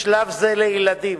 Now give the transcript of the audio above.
בשלב זה לילדים